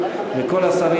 וכל השרים,